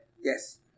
Yes